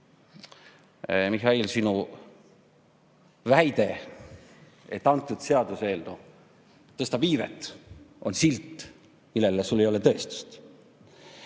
Mihhail, sinu väide, et see seaduseelnõu tõstab iivet, on silt, millele sul ei ole tõestust.